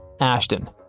Ashton